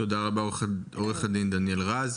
תודה רבה עורך הדין דניאל רז.